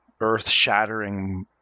earth-shattering